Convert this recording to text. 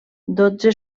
dotze